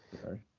Sorry